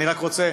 אני רק רוצה,